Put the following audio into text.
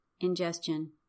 Ingestion